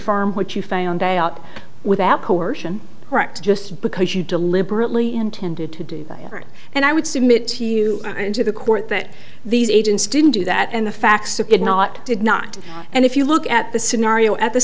irm what you found out without coercion just because you deliberately intended to do it and i would submit to you and to the court that these agents didn't do that and the facts you could not did not and if you look at the scenario at the